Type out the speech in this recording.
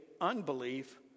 unbelief